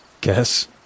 guess